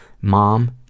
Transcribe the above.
Mom